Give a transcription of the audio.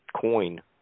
coin